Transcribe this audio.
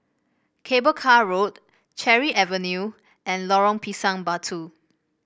Cable Car Road Cherry Avenue and Lorong Pisang Batu